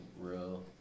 real